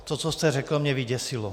To, co jste řekl, mě vyděsilo.